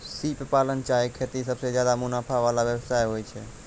सिप पालन चाहे खेती सबसें ज्यादे मुनाफा वला व्यवसाय होय छै